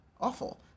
awful